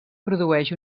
produeix